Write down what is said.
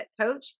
coach